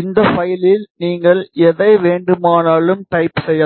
இந்த பைலில் நீங்கள் எதை வேண்டுமானாலும் டைப் செய்யலாம்